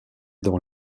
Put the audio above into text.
dans